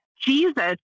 Jesus